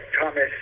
Thomas